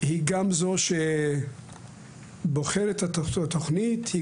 היא זאת שבוחרת ובודקת את התוכנית, היא